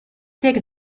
take